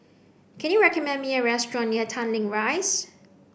can you recommend me a restaurant near Tanglin Rise